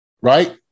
right